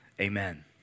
amen